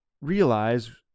realize